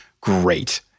great